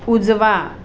उजवा